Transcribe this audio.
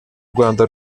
rwanda